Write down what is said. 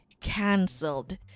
cancelled